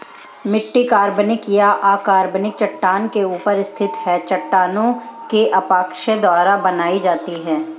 मिट्टी कार्बनिक या अकार्बनिक चट्टान के ऊपर स्थित है चट्टानों के अपक्षय द्वारा बनाई जाती है